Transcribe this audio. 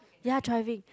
ya driving